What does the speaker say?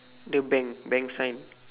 the bank bank sign